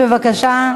בבקשה.